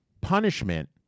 punishment